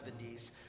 1970s